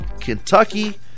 Kentucky